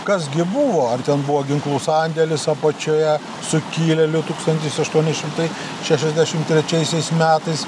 kas gi buvo ar ten buvo ginklų sandėlis apačioje sukilėlių tūkstantis aštuoni šimtai šešiasdešim trečiaisiais metais